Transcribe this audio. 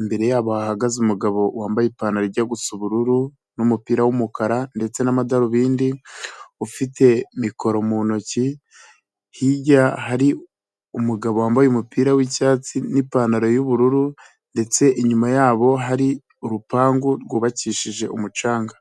imbere yabo hagaze umugabo wambaye ipantarojya ijya gusa ubururu n'umupira wumukara ndetse n'amadarubindi, ufite mikoro mu ntoki hirya hari umugabo wambaye umupira w'icyatsi n'ipantaro y'ubururu ndetse inyuma yabo hari urupangu rwubakishije umucanga.